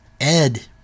Ed